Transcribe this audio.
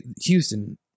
Houston